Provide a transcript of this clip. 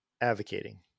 advocating